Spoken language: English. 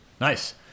nice